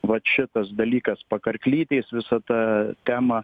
vat šitas dalykas pakarklytės visa ta tema